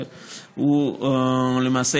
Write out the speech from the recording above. ולמעשה,